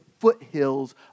foothills